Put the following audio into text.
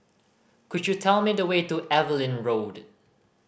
could you tell me the way to Evelyn Road